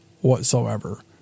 whatsoever